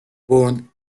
born